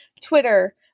Twitter